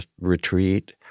retreat